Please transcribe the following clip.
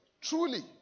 truly